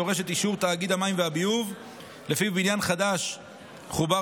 הדורשת אישור תאגיד המים והביוב שלפיו בניין חדש חובר